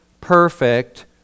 perfect